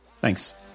Thanks